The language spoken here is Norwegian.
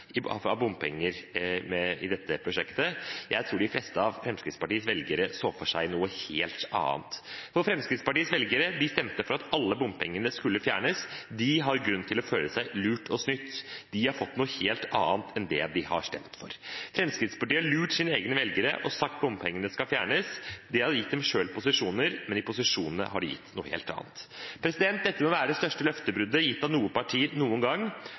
i dette prosjektet. Jeg tror de fleste av Fremskrittspartiets velgere så for seg noe helt annet, for Fremskrittspartiets velgere stemte for at alle bompengene skulle fjernes. De har grunn til å føle seg lurt og snytt. De har fått noe helt annet enn det de har stemt for. Fremskrittspartiet har lurt sine egne velgere og sagt at bompengene skal fjernes. Det har gitt dem selv posisjoner, men i posisjon har de gitt noe helt annet. Dette må være det største løftebruddet gitt av noe parti noen gang,